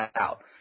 out